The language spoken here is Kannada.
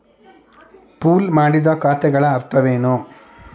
ಪೂಲ್ ಮಾಡಿದ ಖಾತೆಗಳ ಅರ್ಥವೇನು?